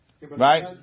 Right